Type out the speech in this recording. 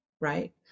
right